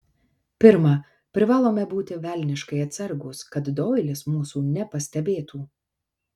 pirma privalome būti velniškai atsargūs kad doilis mūsų nepastebėtų